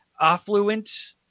affluent